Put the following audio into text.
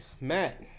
Matt